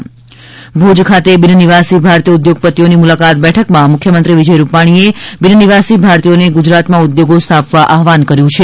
મુખ્યમંત્રી કચ્છ ભૂજ ખાતે બિનનિવાસી ભારતીય ઉદ્યોગપતિઓની મુલાકાત બેઠકમાં મુખ્યમંત્રી વિજય રૂપાણીએ બિનનિવાસી ભારતીયોને ગુજરાતમાં ઉદ્યોગો સ્થાપવા આહવાન કર્યું છે